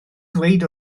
ddweud